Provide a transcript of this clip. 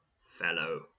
fellow